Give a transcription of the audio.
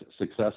success